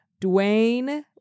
Dwayne